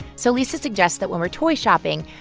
so lisa suggests that when we're toy shopping,